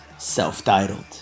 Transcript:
self-titled